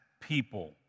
people